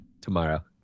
Tomorrow